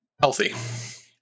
healthy